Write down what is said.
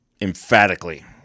emphatically